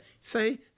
say